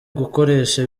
gukoresha